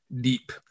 deep